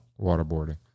Waterboarding